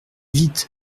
vite